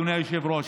אדוני היושב-ראש,